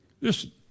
Listen